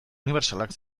unibertsalak